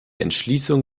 entschließung